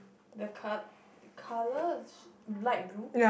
the col~ the colour is sh~ light blue